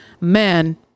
man